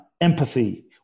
Empathy